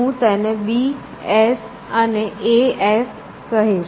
હું તેમને B S અને A S કહીશ